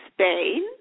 Spain